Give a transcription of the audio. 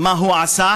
מה הוא עשה.